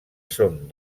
són